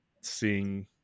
seeing